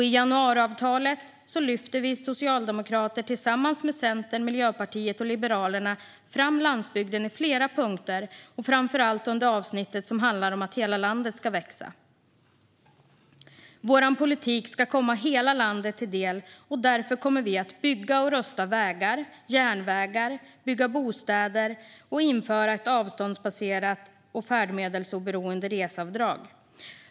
I januariavtalet lyfter Socialdemokraterna tillsammans med Centern, Miljöpartiet och Liberalerna fram landsbygden i flera punkter, framför allt i avsnittet om att hela landet ska växa. Vår politik ska komma hela landet till del. Därför kommer vi att bygga och rusta vägar och järnvägar. Vi kommer att bygga bostäder och införa ett avståndsbaserat och färdmedelsoberoende reseavdrag.